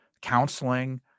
counseling